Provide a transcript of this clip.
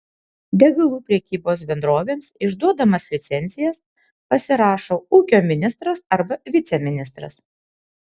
degalų prekybos bendrovėms išduodamas licencijas pasirašo ūkio ministras arba viceministras